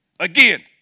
Again